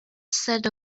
said